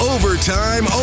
Overtime